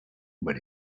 but